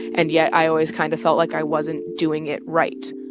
and yet i always kind of felt like i wasn't doing it right